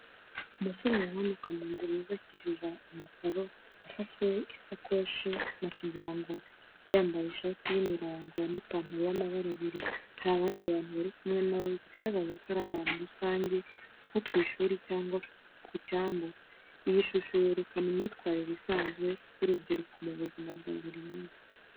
Umusore yamanuka mu nzira yubakishije amakaro, afashe isakoshi mu kiganza, yambaye ishati y’imirongo n’ipantalo y’amabara abiri. Hari abandi bantu bari kumwe na we, bigaragaza ko ari ahantu rusange nko ku ishuri cyangwa ku cyambu. Iyi shusho yerekana imyitwarire isanzwe y’urubyiruko mu buzima bwa buri munsi.